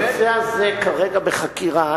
הנושא הזה כרגע בחקירה.